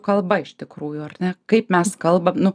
kalba iš tikrųjų ar ne kaip mes kalbam nu